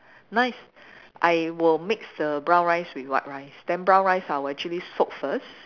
nice I will mix the brown rice with white rice then brown rice I will actually soak first